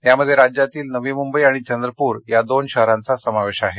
यामध्ये राज्यातील नवी मुंबई आणि चंद्रपूर दोन शहरांचा समावेश आहे